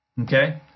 Okay